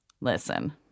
Listen